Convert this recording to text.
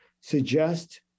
suggest